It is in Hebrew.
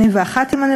אוסלו.